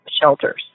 shelters